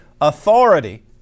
authority